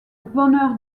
bonheur